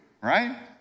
right